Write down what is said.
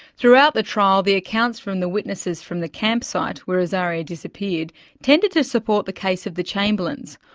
throughout the trial the accounts from the witnesses from the campsite where azaria disappeared tended to support the case of the chamberlains.